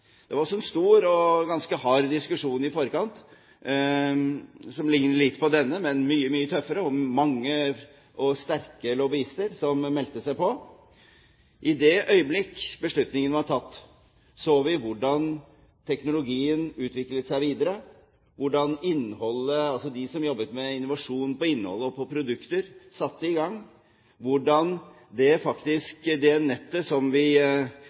var det også i forkant en stor og ganske hard diskusjon, som liknet litt på denne, men mye, mye tøffere, og med mange og sterke lobbyister som meldte seg på. I det øyeblikk beslutningen var tatt, så vi hvordan teknologien utviklet seg, hvordan de som jobbet med innovasjon på innhold og produkter, satte i gang, og vi så hvordan det nettet som vi